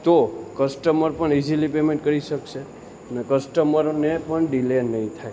તો કસ્ટમર પણ easily payment કરી શકશે ને કસ્ટમરને પણ ડિલે નહીં થાય